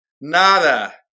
Nada